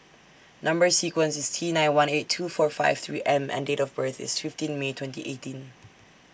Number sequence IS T nine one eight two four five three M and Date of birth IS fifteen May twenty eighteen